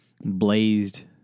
blazed